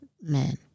men